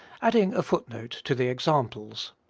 adding a footnote to the examples